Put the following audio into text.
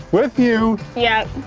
with you. yup.